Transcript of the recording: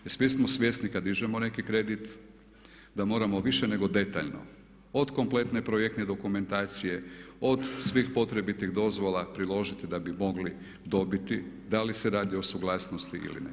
Jer svi smo svjesni kada dižemo neki kredit da moramo više nego detaljno od kompletne projektne dokumentacije, od svih potrebitih dozvola priložiti da bi mogli dobiti da li se radi o suglasnosti ili ne.